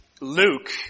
Luke